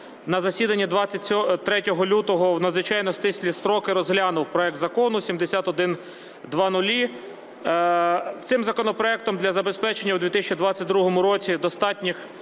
на засіданні 23 лютого в надзвичайно стислі строки розглянув проект Закону 7100. Цим законопроектом для забезпечення у 2022 році достатніх